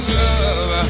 love